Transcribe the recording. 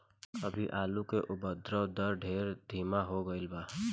अभी आलू के उद्भव दर ढेर धीमा हो गईल बा